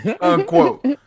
Unquote